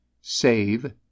save